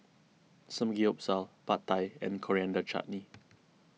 Samgeyopsal Pad Thai and Coriander Chutney